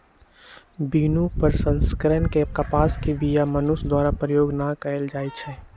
बिनु प्रसंस्करण के कपास के बीया मनुष्य द्वारा प्रयोग न कएल जाइ छइ